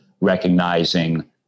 recognizing